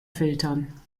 filtern